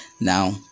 Now